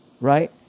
right